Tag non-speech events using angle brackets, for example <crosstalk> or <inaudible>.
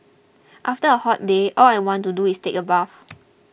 after a hot day all I want to do is take a bath <noise>